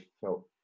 felt